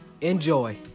enjoy